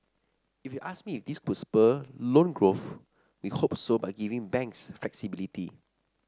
if you ask me if this could spur loan growth we hope so by giving banks flexibility